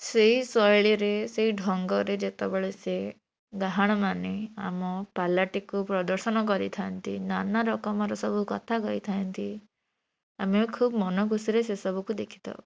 ସେଇ ଶୈଳୀରେ ସେଇ ଢଙ୍ଗରେ ଯେତେବେଳେ ସେ ଗହାଣ ମାନେ ଆମ ପାଲାଟିକୁ ପ୍ରଦର୍ଶନ କରିଥାନ୍ତି ନାନା ରକମର ସବୁ କଥା କହିଥାନ୍ତି ଆମେ ଖୁବ ମନ ଖୁସିରେ ସେ ସବୁକୁ ଦେଖିଥାଉ